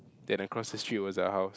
then across the street was a house